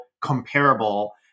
comparable